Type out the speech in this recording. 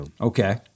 okay